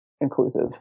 inclusive